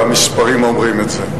והמספרים אומרים את זה.